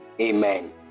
Amen